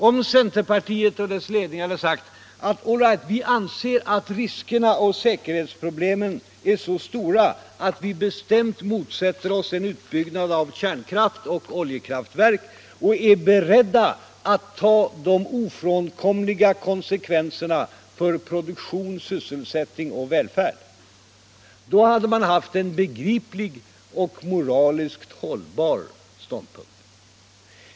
Om centern och dess ledning sagt att vi anser riskerna och säkerhetsproblemen vara så stora att vi bestämt motsätter oss en utbyggnad av kärnkraftoch oljekraftverk och är beredda att ta de ofrånkomliga konsekvenserna för produktion, sysselsättning och välfärd, hade man haft en begriplig och moraliskt hållbar ståndpunkt.